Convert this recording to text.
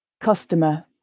customer